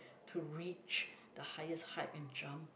to reach the highest height and jump